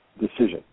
decision